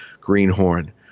Greenhorn